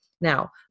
Now